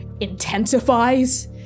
intensifies